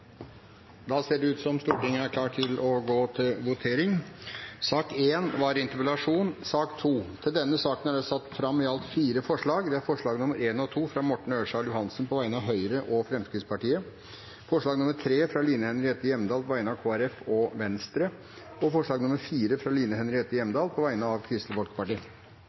da klar til å gå til votering. Under debatten er det satt fram i alt fire forslag. Det er: forslagene nr. 1 og 2, fra Morten Ørsal Johansen på vegne av Høyre og Fremskrittspartiet forslag nr. 3, fra Line Henriette Hjemdal på vegne av Kristelig Folkeparti